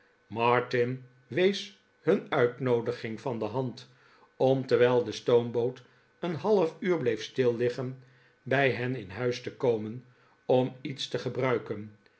martin wees hun uitnoodiging van de hand om terwijl de stoomboot een half mir bleef stil liggen bij hen in huis te komen om iets te gebruiken